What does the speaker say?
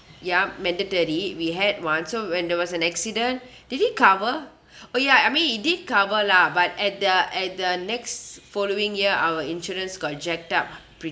yup mandatory we had one so when there was an accident did it cover oh ya I mean it did cover lah but at the at the next following year our insurance got jacked up